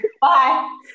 bye